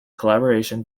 collaboration